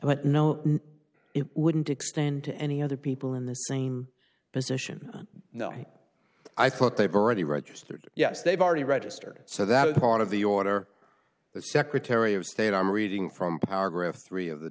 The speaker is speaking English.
but no it wouldn't extend to any other people in the same position no i thought they've already registered yes they've already registered so that is part of the order the secretary of state i'm reading from powergrid three of the